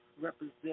represent